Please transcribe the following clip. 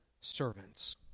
servants